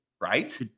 right